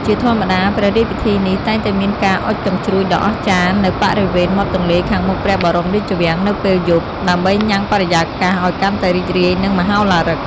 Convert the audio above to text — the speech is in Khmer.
ជាធម្មតា ព្រះរាជពិធីនេះតែងតែមានការអុជកាំជ្រួចដ៏អស្ចារ្យនៅបរិវេណមាត់ទន្លេខាងមុខព្រះបរមរាជវាំងនៅពេលយប់ ដើម្បីញ៉ាំងបរិយាកាសឱ្យកាន់តែរីករាយ និងមហោឡារិក។